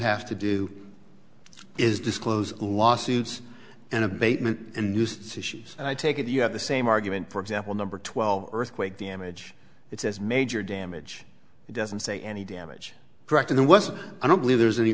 have to do is disclose lawsuits and abatement and nuisance issues and i take it you have the same argument for example number twelve earthquake damage it says major damage doesn't say any damage correct in the west i don't believe there's any